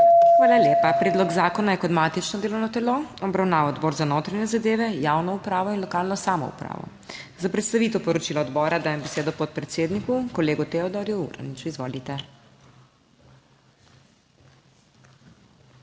Hvala lepa. Predlog zakona je kot matično delovno telo obravnaval Odbor za notranje zadeve, javno upravo in lokalno samoupravo. Za predstavitev poročila odbora dajem besedo podpredsedniku, kolegu Teodorju Uraniču, izvolite. TEODOR